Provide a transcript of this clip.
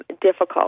difficult